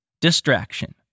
Distraction